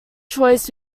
choice